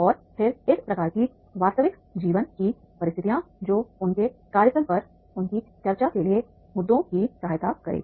और फिर इस प्रकार की वास्तविक जीवन की परिस्थितियाँ जो उनके कार्यस्थल पर उनकी चर्चा के लिए मुद्दों की सहायता करेंगी